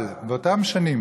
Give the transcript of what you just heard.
אבל באותן שנים,